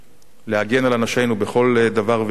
להגן על אנשינו בכל דבר ועניין,